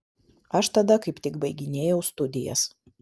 aš tada kaip tik baiginėjau studijas